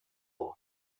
por